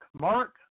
Mark